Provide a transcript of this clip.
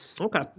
Okay